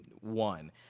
one